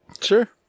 Sure